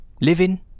Living